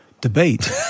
debate